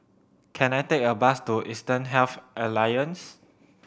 can I take a bus to Eastern Health Alliance